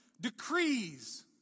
decrees